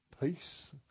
peace